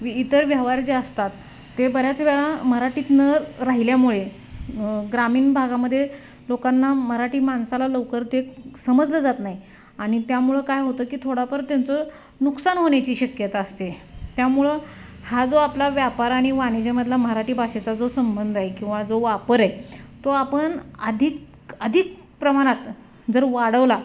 वि इतर व्यवहार जे असतात ते बऱ्याच वेळा मराठीत न राहिल्यामुळे ग्रामीण भागामध्ये लोकांना मराठी माणसाला लवकर ते समजलं जात नाही आणि त्यामुळं काय होतं की थोडाफार त्यांचं नुकसान होण्याची शक्यता असते त्यामुळं हा जो आपला व्यापार आणि वाणिज्यमधला मराठी भाषेचा जो संबंध आहे किंवा जो वापर आहे तो आपण अधिक अधिक प्रमाणात जर वाढवला